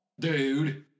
dude